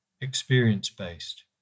experience-based